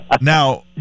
Now